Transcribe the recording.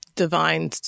divine